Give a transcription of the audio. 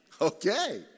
Okay